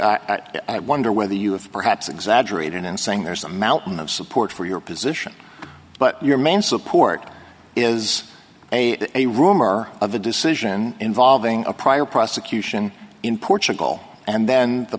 i wonder whether you have perhaps exaggerated in saying there's a mountain of support for your position but your main support is a a rumor of a decision involving a prior prosecution in portugal and then the